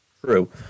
True